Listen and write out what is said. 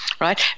Right